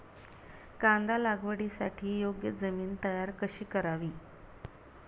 कांदा लागवडीसाठी योग्य जमीन तयार कशी करावी?